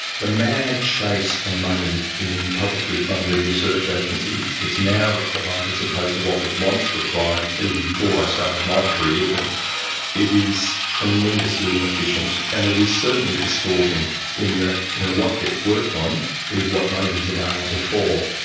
the mad chase for money in publicly funded research agencies that is now required, as opposed to what was once required even before i started my career, but it is tremendously inefficient and it is certainly distorting in that you know what gets worked on is what the money is available for.